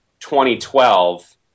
2012